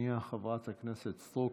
רק שנייה, חברת הכנסת סטרוק.